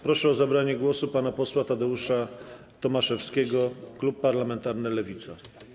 Proszę o zabranie głosu pana posła Tadeusza Tomaszewskiego, klub parlamentarny Lewica.